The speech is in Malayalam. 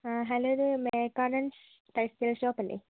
ഹലോ ഇത് മേക്കാടൻസ് ടെക്സ്റ്റൈൽ ഷോപ്പല്ലേ